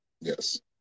Yes